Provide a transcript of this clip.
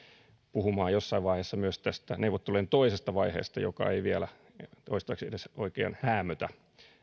puhumaan jossain vaiheessa myös tästä neuvottelujen toisesta vaiheesta joka ei vielä toistaiseksi edes oikein häämötä